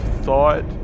thought